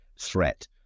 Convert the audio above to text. threat